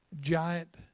giant